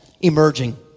emerging